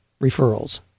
referrals